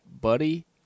Buddy